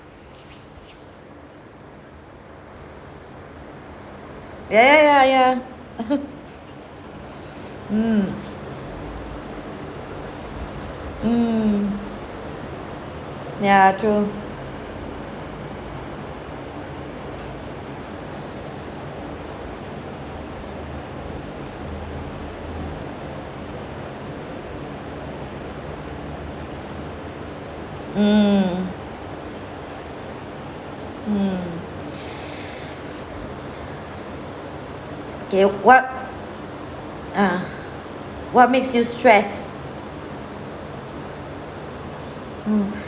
ya ya ya ya mm mm ya true mm mm do you what ah what makes you stress mm